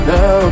Now